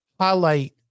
highlight